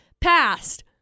passed